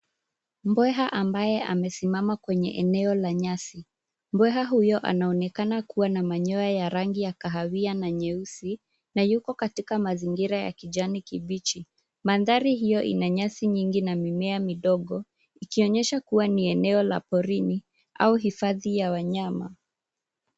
Mbweha ambaye amesimama kwenye eneo la nyasi. Mbweha huyo anaonekana kuwa na manyoa ya rangi ya kahawia na nyeusi na yuko katika mazingira ya kijani kibichi, mandari hiyo ina nyasi nyingi na mimea midogo, ikionyesha kuwa ni eneo la porini au hifadhi ya wanyama.